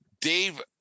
Dave